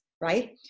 right